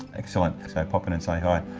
excellent, so pop in and say hi.